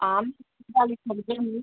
आम हाल्ली समझेआ निं